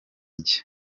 nshya